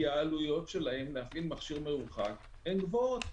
כי העלויות של הפעלת מכשיר מרוחק הן גבוהות.